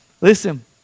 Listen